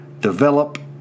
develop